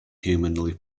humanly